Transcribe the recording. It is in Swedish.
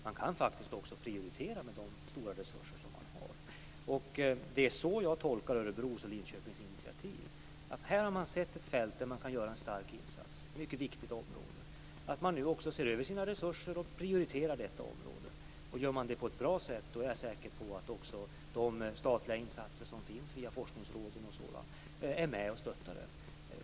Man kan faktiskt prioritera med de stora resurser som man har. Det är så jag tolkar Örebros och Linköpings initiativ. Här har man sett ett fält, ett mycket viktigt område, där man kan göra en stark insats. Då får man se över sina resurser och prioritera detta område. Gör man det på ett bra sätt är jag säker på att också de statliga insatser som finns via forskningsråden vill vara med och stötta.